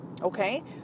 Okay